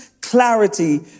clarity